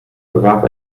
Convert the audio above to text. bewarb